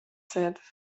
said